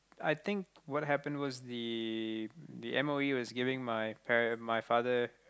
I think what happen was the the m_o_e was giving my pa~ my father